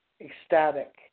Ecstatic